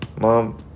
mom